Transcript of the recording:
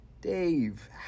Dave